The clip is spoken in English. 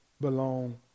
belong